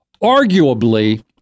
Arguably